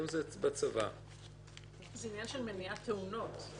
זה עניין של מניעת תאונות.